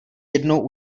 jednou